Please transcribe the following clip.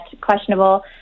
questionable